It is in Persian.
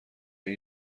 این